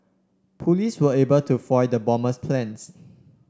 police were able to foil the bomber's plans